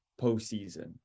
postseason